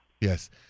Yes